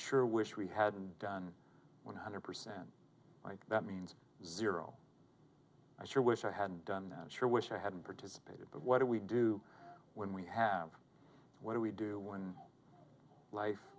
sure wish we hadn't done one hundred percent that means zero i sure wish i hadn't done that sure wish i hadn't participated but what do we do when we have what do we do when life